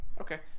Okay